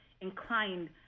inclined